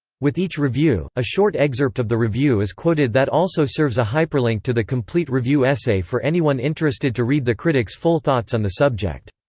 with each review, a short excerpt of the review is quoted that also serves a hyperlink to the complete review essay for anyone interested to read the critic's full thoughts on the subject.